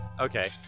Okay